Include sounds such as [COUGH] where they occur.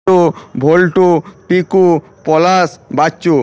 [UNINTELLIGIBLE] Voltu Piku Palash Bachchu